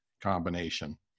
combination